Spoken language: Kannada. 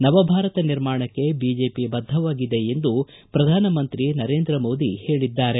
ನವಭಾರತ ನಿರ್ಮಾಣಕ್ಕೆ ಬಿಜೆಪಿ ಬದ್ದವಾಗಿದೆ ಎಂದು ಪ್ರಧಾನ ಮಂತ್ರಿ ನರೇಂದ್ರ ಮೋದಿ ಹೇಳಿದ್ದಾರೆ